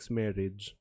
marriage